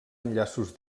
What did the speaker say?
enllaços